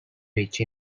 rich